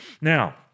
Now